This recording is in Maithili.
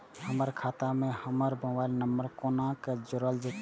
हमर खाता मे हमर मोबाइल नम्बर कोना जोरल जेतै?